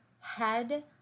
head